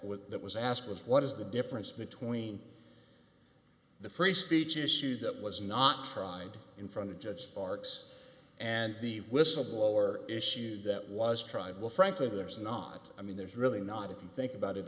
with that was asked was what is the difference between the free speech issue that was not tried in front of judge sparks and the whistleblower issues that was tried well frankly there's not i mean there's really not a can think about it